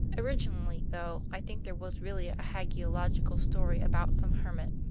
originally, though, i think there was really a hagiological story about some hermit,